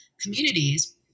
communities